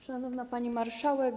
Szanowna Pani Marszałek!